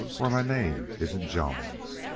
or my name isn't jones.